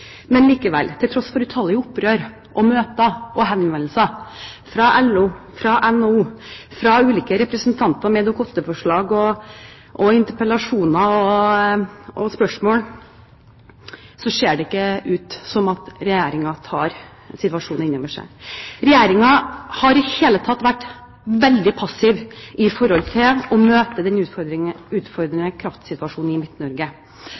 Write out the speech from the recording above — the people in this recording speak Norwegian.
Men til tross for utallige opprop, møter og henvendelser fra LO, NHO og fra ulike representanter med Dokument nr. 8-forslag, interpellasjoner og spørsmål ser det ikke ut som om Regjeringen tar situasjonen inn over seg. Regjeringen har i det hele tatt vært veldig passiv når det gjelder å møte den utfordrende kraftsituasjonen i